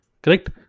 Correct